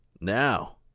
Now